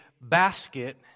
basket